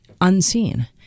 unseen